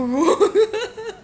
good